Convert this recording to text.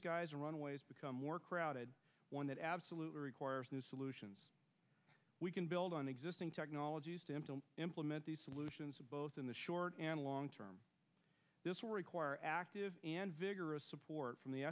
and runways become more crowded one that absolutely requires new solutions we can build on existing technology implement these solutions both in the short and long term this will require active and vigorous support from the